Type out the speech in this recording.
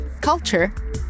culture